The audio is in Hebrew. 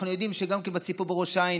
אנחנו יודעים שגם בסיפור בראש העין